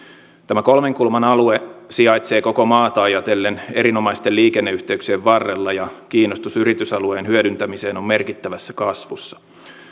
tämä kolmenkulman alue sijaitsee koko maata ajatellen erinomaisten liikenneyhteyksien varrella ja kiinnostus yritysalueen hyödyntämiseen on merkittävässä kasvussa